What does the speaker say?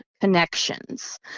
connections